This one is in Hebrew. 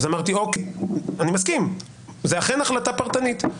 אמרתי, אוקיי, אני מסכים, זאת אכן החלטה פרטנית.